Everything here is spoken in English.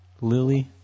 Lily